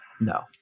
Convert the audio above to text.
No